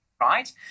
right